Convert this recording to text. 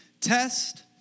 test